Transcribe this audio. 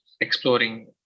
exploring